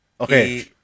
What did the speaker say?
Okay